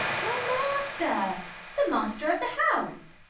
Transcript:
your master the master of the house.